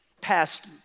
past